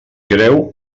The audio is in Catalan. greu